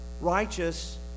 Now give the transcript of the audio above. righteous